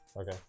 okay